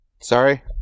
Sorry